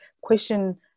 question